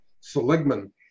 Seligman